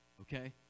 Okay